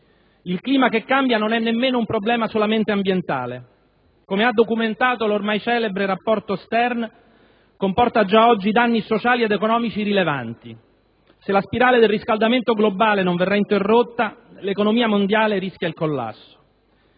Il clima che cambia non è nemmeno un problema solamente ambientale. Come ha documentato l'ormai celebre rapporto Stern, comporta già oggi danni sociali ed economici rilevanti: se la spirale del riscaldamento globale non verrà interrotta, l'economia mondiale rischia il collasso.